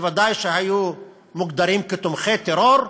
הם בוודאי היו מוגדרים כתומכי טרור,